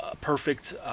perfect